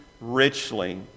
richly